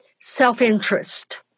self-interest